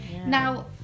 Now